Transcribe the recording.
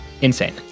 insane